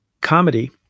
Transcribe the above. comedy